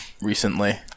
recently